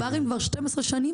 יש שם ברים כבר 12 שנים.